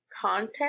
content